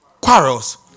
quarrels